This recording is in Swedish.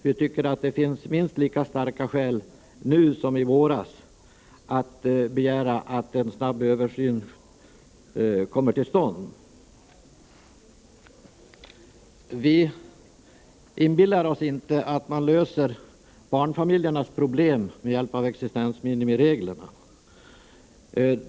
Vi tycker att det finns minst lika starka skäl nu som förra året att begära att en snabb översyn kommer till stånd. Vi inbillar oss inte att man löser barnfamiljernas problem med hjälp av existensminimireglerna.